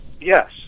Yes